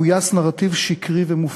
גויס נרטיב שקרי ומופרך.